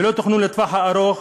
ללא תכנון לטווח הארוך,